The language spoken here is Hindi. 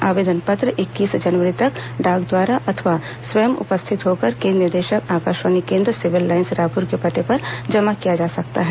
आवेदन पत्र इक्कीस जनवरी तक डाक द्वारा अथवा स्वयं उपस्थित होकर केन्द्र निदेशक आकाशवाणी केन्द्र सिविल लाईन्स रायपुर के पते पर जमा किया जा सकता है